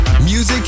Music